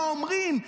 מה אומרים.